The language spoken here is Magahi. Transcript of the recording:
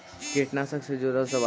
कीटनाशक से जुड़ल सवाल?